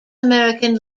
american